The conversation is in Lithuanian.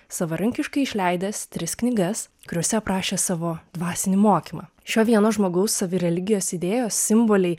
savarankiškai išleidęs tris knygas kuriose aprašė savo dvasinį mokymą šio vieno žmogaus savireligijos idėjos simboliai